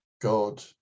God